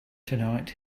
tonight